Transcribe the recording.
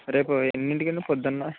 రేపు ఎన్నింటికి అండి పొద్దున